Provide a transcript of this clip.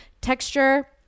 Texture